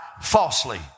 falsely